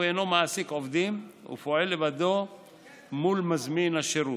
הוא אינו מעסיק עובדים ופועל לבדו מול מזמין השירות.